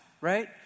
right